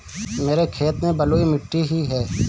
मेरे खेत में बलुई मिट्टी ही है